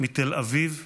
מתל אביב ומירושלים.